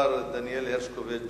השר דניאל הרשקוביץ